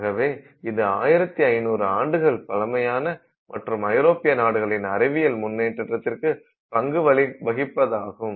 ஆகவே இது 1500 ஆண்டுகள் பழமையான மற்றும் ஐரோப்பிய நாடுகளின் அறிவியல் முன்னேற்றத்திற்கு பங்கு வகிப்பதாகும்